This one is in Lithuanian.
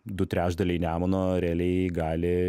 du trečdaliai nemuno realiai gali